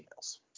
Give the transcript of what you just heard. emails